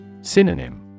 Synonym